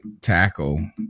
tackle